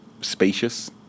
Spacious